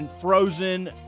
frozen